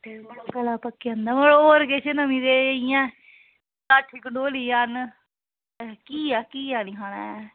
भट्ठे कन्नै गला पक्की जंदा होर किश नमीं जेही इ'यां घंडोली जन कि घिया घिया निं खाना ऐ